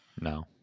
No